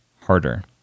harder